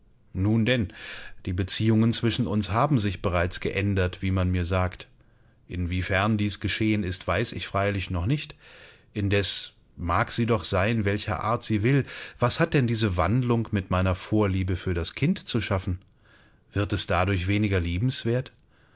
nun denn die beziehungen zwischen uns haben sich bereits geändert wie man mir sagt inwiefern dies geschehen ist weiß ich freilich noch nicht indes mag sie doch sein welcher art sie will was hat denn diese wandlung mit meiner vorliebe für das kind zu schaffen wird es dadurch weniger liebenswert